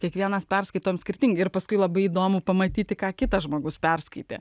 kiekvienas perskaitome skirtingai ir paskui labai įdomu pamatyti ką kitas žmogus perskaitė